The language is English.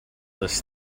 this